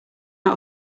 out